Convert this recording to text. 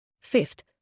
Fifth